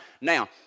Now